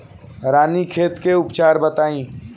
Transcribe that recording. रानीखेत के उपचार बताई?